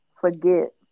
forget